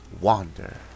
wander